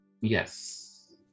Yes